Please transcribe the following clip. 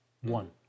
one